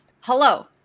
Hello